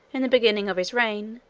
in the beginning of his reign,